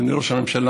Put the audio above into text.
אדוני ראש הממשלה,